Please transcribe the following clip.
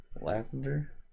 Lavender